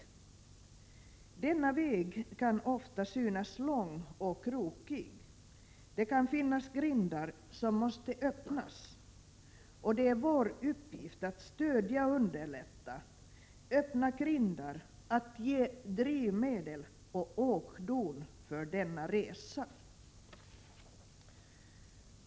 Denna väg kan ofta synas lång och krokig. Det kan finnas grindar som måste öppnas. Det är vår uppgift att stödja och underlätta, öppna grindar, att ge drivmedel och åkdon för denna resa.